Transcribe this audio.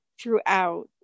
throughout